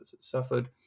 suffered